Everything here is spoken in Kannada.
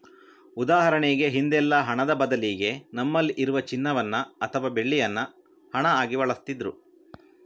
ಉದಾಹರಣೆಗೆ ಹಿಂದೆಲ್ಲ ಹಣದ ಬದಲಿಗೆ ನಮ್ಮಲ್ಲಿ ಇರುವ ಚಿನ್ನವನ್ನ ಅಥವಾ ಬೆಳ್ಳಿಯನ್ನ ಹಣ ಆಗಿ ಬಳಸ್ತಿದ್ರು